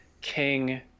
king